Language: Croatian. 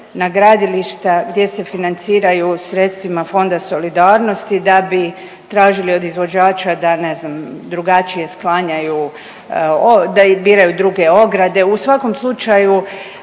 na gradilišta gdje se financiraju sredstvima Fonda solidarnosti da bi tražili od izvođača da ne znam drugačije sklanjaju, da biraju druge ograde, u svakom slučaju